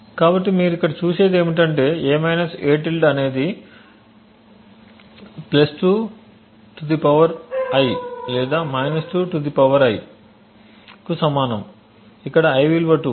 కాబట్టి మీరు ఇక్కడ చూసేది ఏమిటంటే a - a అనేది 2 I లేదా 2 I కు సమానం ఇక్కడ I విలువ 2